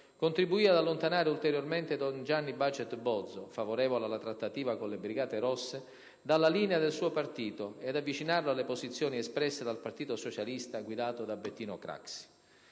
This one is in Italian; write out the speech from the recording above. contribuì ad allontanare ulteriormente don Gianni Baget Bozzo, favorevole alla trattativa con le Brigate rosse, dalla linea del suo partito, e ad avvicinarlo alle posizioni espresse dal Partito Socialista, guidato da Bettino Craxi.